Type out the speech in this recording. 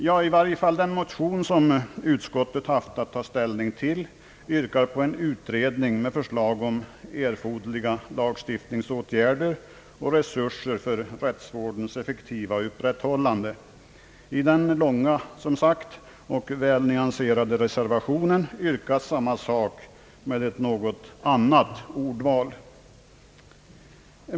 Den motion som utskottet haft att ta ställning till yrkar på en utredning med förslag om erforderliga lagstiftningsåtgärder och resurser för rättsvårdens effektiva upprätthållande. I den långa och välnyanserade reservationen yrkas samma sak med ett något annorlunda ordval.